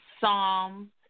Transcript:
Psalms